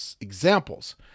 examples